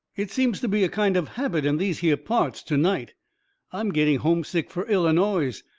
it seems to be a kind of habit in these here parts to-night i'm getting homesick fur illinoise.